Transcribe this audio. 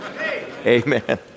amen